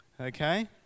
Okay